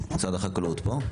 משרד החקלאות כאן?